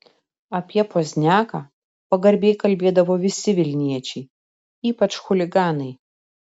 apie pozniaką pagarbiai kalbėdavo visi vilniečiai ypač chuliganai